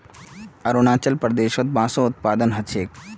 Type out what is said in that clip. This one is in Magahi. अरुणाचल प्रदेशत बांसेर उत्पादन ह छेक